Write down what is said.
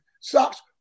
socks